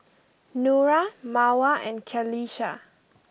Nura Mawar and Qalisha